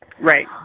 Right